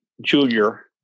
junior